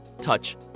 touch